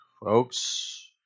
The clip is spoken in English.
Folks